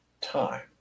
time